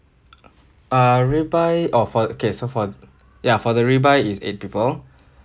uh rib eye orh for okay so for ya for the rib eye is eight people